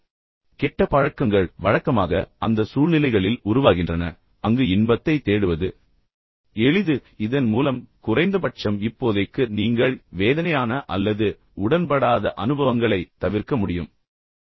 இப்போது கெட்ட பழக்கங்கள் வழக்கமாக அந்த சூழ்நிலைகளில் உருவாகின்றன அங்கு இன்பத்தைத் தேடுவது எளிது இதன் மூலம் குறைந்தபட்சம் இப்போதைக்கு நீங்கள் வேதனையான அல்லது உடன்படாத அனுபவங்களைத் தவிர்க்க முடியும்